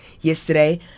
Yesterday